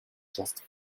just